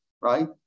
right